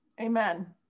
amen